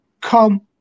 come